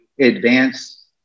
advance